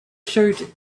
shirt